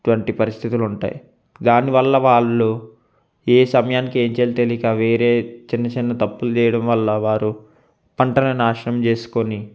ఇటువంటి పరిస్థితులు ఉంటాయి దానివల్ల వాళ్ళు ఏ సమయానికి ఏం చేయాలి తెలియక వేరే చిన్న చిన్న తప్పులు చేయడం వల్ల వారు పంటలను నాశనం చేసుకొని